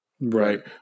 right